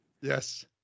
Yes